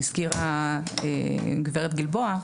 שהזכירה גברת גלבוע,